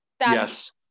yes